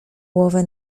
głowę